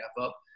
up